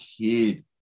kid